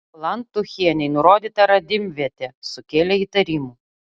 lantuchienei nurodyta radimvietė sukėlė įtarimų